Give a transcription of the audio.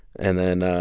and then.